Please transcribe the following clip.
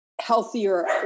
healthier